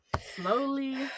slowly